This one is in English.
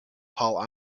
paul